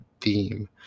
theme